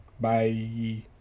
Bye